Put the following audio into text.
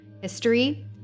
history